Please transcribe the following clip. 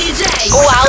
Wow